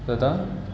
तथा